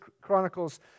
Chronicles